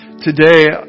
today